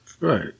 Right